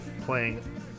playing